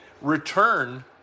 return